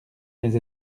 mes